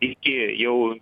iki jau